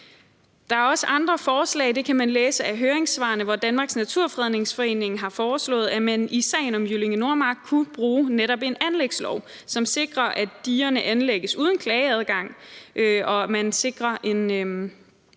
Der er også andre forslag – det kan man læse ud af høringssvarene – hvor Danmarks Naturfredningsforening har foreslået, at man i sagen om Jyllinge Nordmark kunne bruge netop en anlægslov, som sikrer, at digerne anlægges uden klageadgang, og at man sikrer en